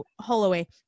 Holloway